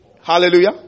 Hallelujah